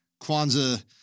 Kwanzaa